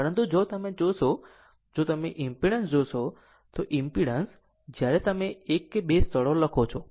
પરંતુ જો તમે જોશો જો તમે ઈમ્પીડન્સ જોશો તો ઈમ્પીડન્સ જ્યારે તમે એક કે બે સ્થળો લખો છો